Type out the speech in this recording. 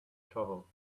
shovel